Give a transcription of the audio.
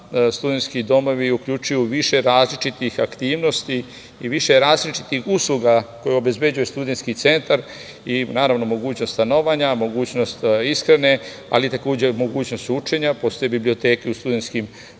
studentski domovi uključuju više različitih aktivnosti i više različitih usluga koje obezbeđuje studentski centar i naravno mogućnost stanovanja, mogućnost ishrane, ali takođe mogućnost učenja. Postoje biblioteke u studentskim